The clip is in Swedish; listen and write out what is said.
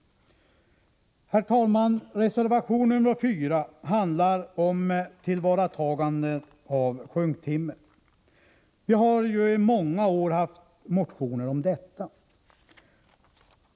Herr talman! Reservation nr 4 handlar om tillvaratagande av sjunktimmer. Vi har under många år väckt motioner om detta.